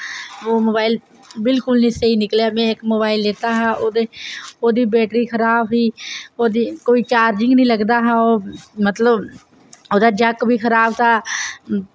ओह् मोबाइल बिल्कुल नि स्हेई निकलेआ में इक मोबाइल लेता हा ओह्दे ओह्दी बैटरी खराब ही ओह्दी कोई चार्जिंग नेईं लगदा हा ओह् मतलब ओह्दा जैक बी खराब हा